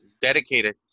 dedicated